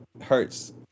hurts